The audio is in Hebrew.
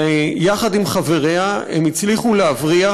ויחד עם חבריה הם הצליחו להבריח,